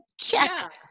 Check